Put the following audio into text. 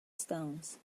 stones